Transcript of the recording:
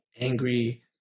angry